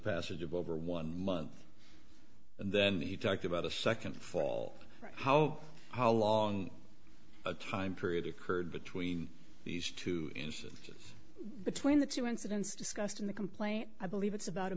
passage of over one month and then he talked about a second fall how how long a time period occurred between these two instances between the two incidents discussed in the complaint i believe it's about a